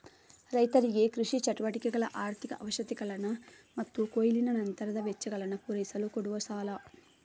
ರೈತರಿಗೆ ಕೃಷಿ ಚಟುವಟಿಕೆಗಳ ಆರ್ಥಿಕ ಅವಶ್ಯಕತೆಗಳನ್ನ ಮತ್ತು ಕೊಯ್ಲಿನ ನಂತರದ ವೆಚ್ಚಗಳನ್ನ ಪೂರೈಸಲು ಕೊಡುವ ಸಾಲ